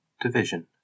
Division